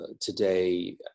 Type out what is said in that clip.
Today